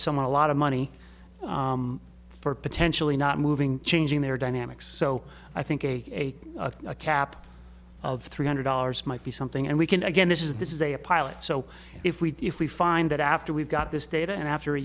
someone a lot of money for potentially not moving changing their dynamics so i think a cap of three hundred dollars might be something and we can again this is this is a a pilot so if we if we find that after we've got this data and after a